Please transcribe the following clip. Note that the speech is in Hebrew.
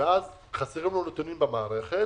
וחסרים לו נתונים במערכת,